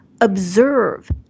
observe